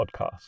Podcast